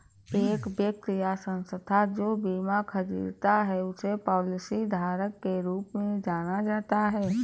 एक व्यक्ति या संस्था जो बीमा खरीदता है उसे पॉलिसीधारक के रूप में जाना जाता है